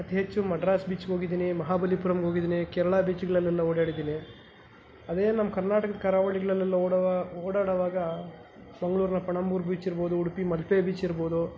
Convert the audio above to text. ಅತಿ ಹೆಚ್ಚು ಮಡ್ರಾಸ್ ಬೀಚ್ಗೆ ಹೋಗಿದ್ದೀನಿ ಮಹಾಬಲಿಪುರಮ್ಗೆ ಹೋಗಿದ್ದೀನಿ ಕೇರಳ ಬೀಚ್ಗಳಲೆಲ್ಲ ಓಡಾಡಿದ್ದೀನಿ ಅವೆ ನಮ್ಮ ಕರ್ನಾಟಕದ ಕರಾವಳಿಗಳಲ್ಲೆಲ್ಲ ಓಡುವ ಓಡಾಡುವಾಗ ಮಂಗಳೂರಿನ ಪಣಂಬೂರು ಬೀಚ್ ಇರ್ಬೊದು ಉಡುಪಿ ಮಲ್ಪೆ ಬೀಚ್ ಇರ್ಬೋದು